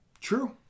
True